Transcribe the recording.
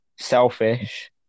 Selfish